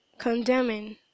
condemning